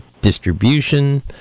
distribution